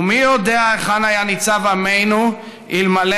ומי יודע היכן היה ניצב עמנו אלמלא